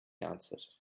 answered